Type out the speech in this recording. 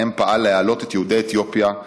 שבהם פעל להעלות את יהודי אתיופיה,